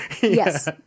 Yes